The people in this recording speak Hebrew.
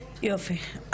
יופי.